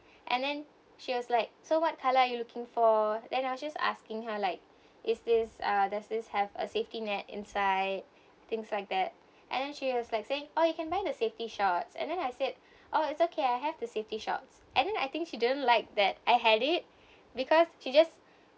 and then she was like so what color you are looking for then I was just asking her like is this uh does this have a safety net inside things like that and then she was like saying oh you can buy the safety shorts and then I said oh it's okay I have the safety shorts and then I think she didn't like that I had it because she just